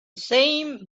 same